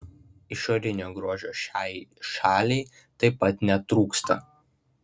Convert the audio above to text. išorinio grožio šiai šaliai taip pat netrūksta